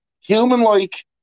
human-like